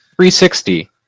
360